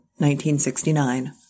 1969